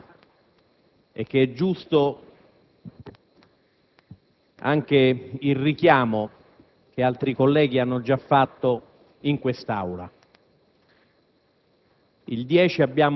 sono gravi e che è giusto il richiamo che altri colleghi hanno fatto in quest'Aula.